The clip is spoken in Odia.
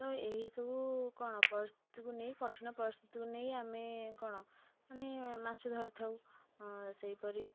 ହଁ ଏହି ସବୁ କ'ଣ ପରିସ୍ଥିତିକୁ ନେଇ କଠିନ ପରିସ୍ଥିତିକୁ ନେଇ ଆମେ କ'ଣ ମାନେ ମାଛ ଧରିଥାଉ ସେହିପରି